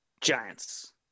Giants